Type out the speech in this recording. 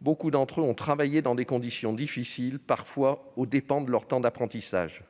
beaucoup d'entre eux ont travaillé dans des conditions difficiles, parfois aux dépens de leur temps d'apprentissage.